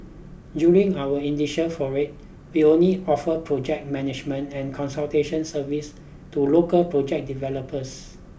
during our initial foray we only offered project management and consultation service to local project developers